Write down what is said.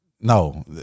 no